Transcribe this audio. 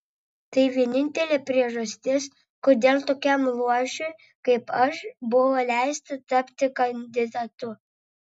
tai vienintelė priežastis kodėl tokiam luošiui kaip aš buvo leista tapti kandidatu